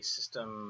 System